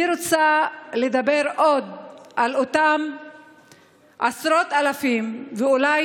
אני רוצה לדבר עוד על אותם עשרות אלפים ואולי